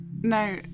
No